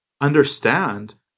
understand